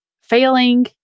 failing